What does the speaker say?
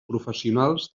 professionals